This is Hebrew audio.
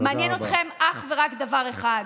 תודה רבה.